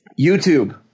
YouTube